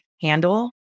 handle